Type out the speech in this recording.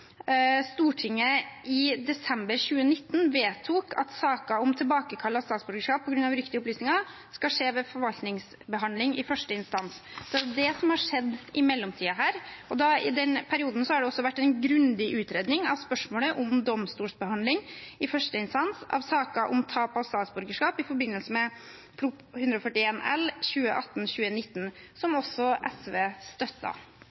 Stortinget i desember 2019 vedtok at saker om tilbakekall av statsborgerskap på grunn av uriktige opplysninger skal skje ved forvaltningsbehandling i første instans. Det er det som har skjedd i mellomtiden. I den perioden har det også vært en grundig utredning av spørsmålet om domstolsbehandling i første instans av saker om tap av statsborgerskap i forbindelse med Prop. 141 L for 2018–2019, som også SV støttet. Det er det som